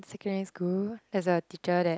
secondary school there's a teacher that